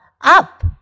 up